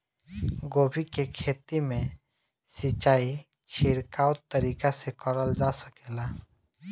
गोभी के खेती में सिचाई छिड़काव तरीका से क़रल जा सकेला?